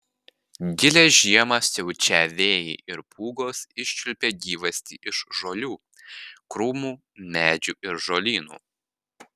gilią žiemą siaučią vėjai ir pūgos iščiulpia gyvastį iš žolių krūmų medžių ir žolynų